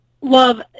love